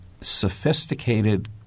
sophisticated